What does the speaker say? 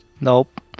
Nope